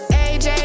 aj